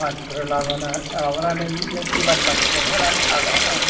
मानसिफोर लाबोनानै माबानानै नों फैबानो मानसि लिंखानानै थागोन आं